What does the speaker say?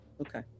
Okay